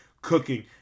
Cooking